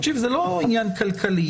זה לא עניין כלכלי.